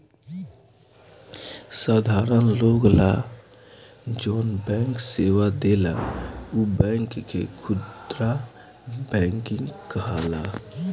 साधारण लोग ला जौन बैंक सेवा देला उ बैंक के खुदरा बैंकिंग कहाला